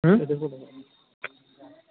হুম